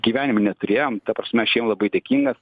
gyvenime neturėjom ta prasme aš jiem labai dėkingas